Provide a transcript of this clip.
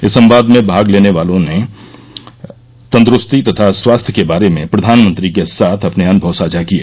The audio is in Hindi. इस संवाद में भाग लेने वाले लोगों ने तंदुरूस्ती तथा स्वास्थ्य के बारे में प्रधानमंत्री के साथ अपने अनुभव साझा किए